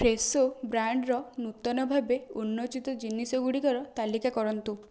Fresho ବ୍ରାଣ୍ଡ୍ର ନୂତନ ଭାବେ ଉନ୍ମୋଚିତ ଜିନିଷ ଗୁଡ଼ିକର ତାଲିକା କରନ୍ତୁ